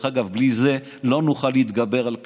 בלי זה לא נוכל להתגבר על כלום: